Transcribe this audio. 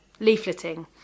leafleting